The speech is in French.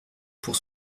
pour